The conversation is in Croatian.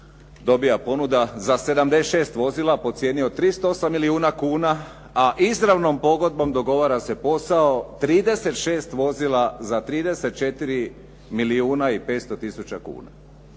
dobija ponuda za 76 vozila po cijeni od 38 milijuna kuna a izravnom pogodbom dogovara se posao 36 vozila za 34 milijuna i 500 tisuća kuna.